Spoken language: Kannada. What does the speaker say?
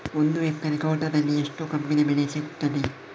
ಒಂದು ಎಕರೆ ತೋಟದಲ್ಲಿ ಎಷ್ಟು ಕಬ್ಬಿನ ಬೆಳೆ ಸಿಗುತ್ತದೆ?